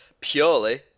Purely